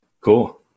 Cool